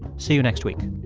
see you next week